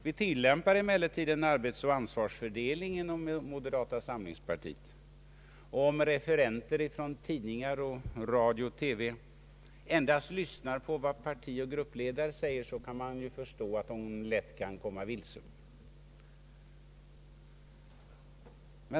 Vi tillämpar emellertid en arbetsoch ansvarsfördelning inom moderata samlingspartiet, och om referenter från tidningar eller Sveriges Radio endast lyssnar på vad partieller gruppledare säger, kan jag förstå att man lätt kan komma vilse.